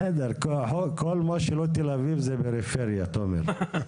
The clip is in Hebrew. בסדר, כל מה שלא תל אביב זה פריפריה, תומר.